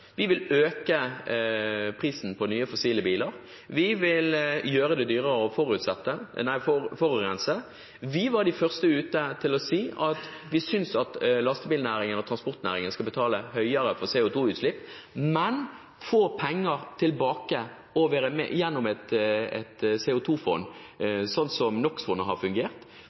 Vi vil øke prisen på nye fossile biler. Vi vil gjøre det dyrere å forurense. Vi var først ute med å si at vi synes at lastebilnæringen og transportnæringen skal betale mer for CO 2 -utslipp, men få penger tilbake gjennom et CO 2 -fond – slik som NO X -fondet har fungert